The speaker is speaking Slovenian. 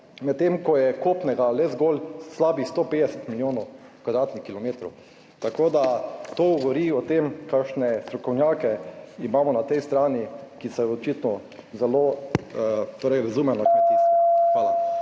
medtem ko je kopnega le zgolj slabih 150 milijonov kvadratnih kilometrov. Tako da, to govori o tem kakšne strokovnjake imamo na tej strani, ki se očitno zelo, torej razume na kmetijstvo. Hvala.